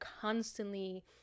constantly